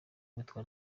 witwa